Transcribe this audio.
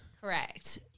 correct